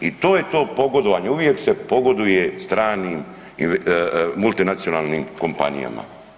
I to je to pogodovanje, uvijek se pogoduje stranim multinacionalnim kompanijama.